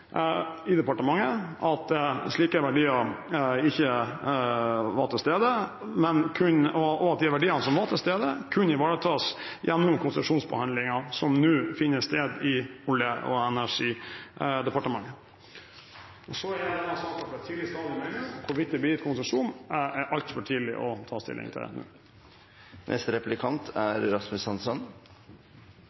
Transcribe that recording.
til stede, og at de verdiene som var til stede, kunne ivaretas gjennom konsesjonsbehandlingen som nå finner sted i Olje- og energidepartementet. Så er denne saken på et tidlig stadium ennå. Hvorvidt det blir gitt konsesjon, er altfor tidlig å ta stilling til nå. Verneverdiene i Øystesevassdraget er